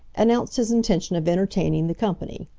announced his intention of entertaining the company.